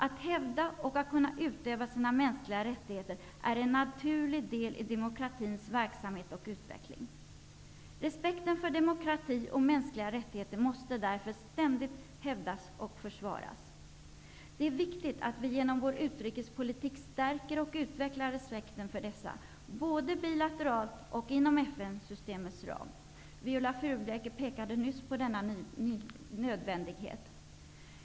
Att man kan hävda och utöva sina mänskliga rättigheter är en naturlig del i demokratins verksamhet och utveckling. Respekten för demokrati och mänskliga rättigheter måste därför ständigt hävdas och försvaras. Det är viktigt att vi genom vår utrikespolitik stärker och utvecklar respekten för dessa både bilateralt och inom FN-systemets ram. Viola Furubjelke pekade nyss på denna nödvändighet.